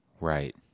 right